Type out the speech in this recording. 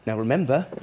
and remember.